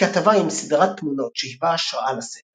כתבה עם סדרת תמונות שהיווה השראה לספר